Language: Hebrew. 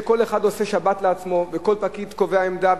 שכל אחד עושה שבת לעצמו וכל פקיד קובע עמדה,